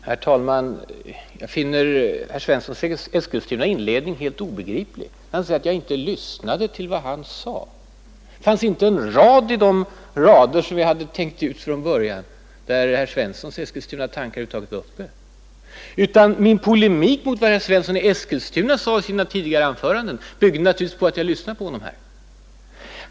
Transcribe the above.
Herr talman! Jag finner herr Svenssons i Eskilstuna inledning helt obegriplig. Han påstod att jag inte lyssnade till vad han sade. Men det fanns inte en rad bland de rader som jag hade tänkt ut från början där herr Svenssons tankar över huvud taget var uppe. Min polemik i dag mot vad herr Svensson har sagt i sina tidigare anföranden byggde därför naturligtvis på att jag hade lyssnat på honom här.